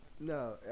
No